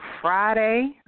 Friday